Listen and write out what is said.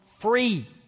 free